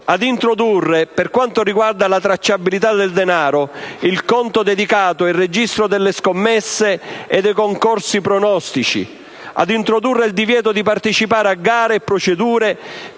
ad introdurre, per quanto riguarda la tracciabilità del denaro, il conto dedicato e il registro delle scommesse e dei concorsi pronostici; ad introdurre il divieto di partecipare a gare e procedure